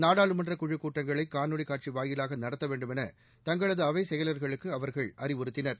நாடாளுமன்ற குழு கூட்டங்களை காணொலி காட்சி வாயிலாக நடத்த வேண்டுமௌ தங்களது அவை செயலர்களுக்கு அவர்கள் அறிவுறுத்தினர்